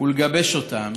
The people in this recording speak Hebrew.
ולגבש אותם